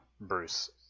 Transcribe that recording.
Bruce